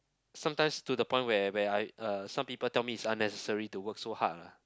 sometimes to the point where where I uh some people tell me it's unnecessary to work so hard lah